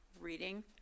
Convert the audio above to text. reading